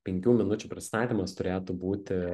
penkių minučių pristatymas turėtų būti